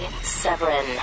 Severin